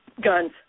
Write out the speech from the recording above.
guns